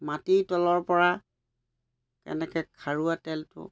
মাটি তলৰপৰা কেনেকৈ খাৰুৱা তেলটো